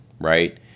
right